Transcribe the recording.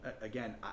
again